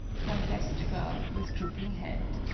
confessed the girl, with droop ing head.